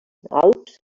alps